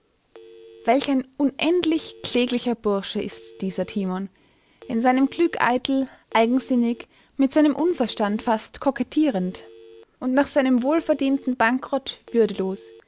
welch ein unendlich kläglicher bursche ist dieser timon in seinem glück eitel eigensinnig mit seinem unverstand fast kokettierend und nach seinem wohlverdienten bankerott würdelos